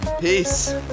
Peace